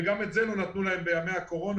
וגם את זה לא נתנו להם בימי הקורונה,